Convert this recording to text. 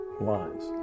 lines